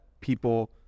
people